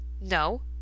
No